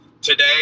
today